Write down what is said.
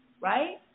right